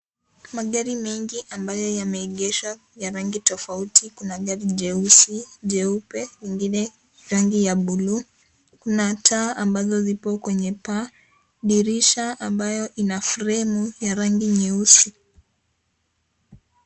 Magari mengi ambayo yameegeshwa ya rangi tofauti kuna gari jeusi, jeupe, ingine rangi ya bulu, kuna taa ambazo zipo kwenye paa, dirisha ambayo ina fremu ya rangi nyeusi.